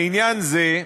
לעניין זה,